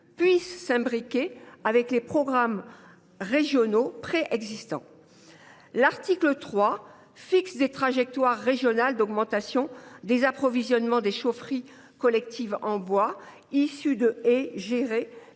puisse s’articuler aux programmes régionaux préexistants. L’article 3 fixe des trajectoires régionales d’augmentation des approvisionnements des chaufferies collectives en bois issus de haies gérées